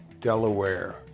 Delaware